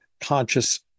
conscious